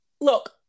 look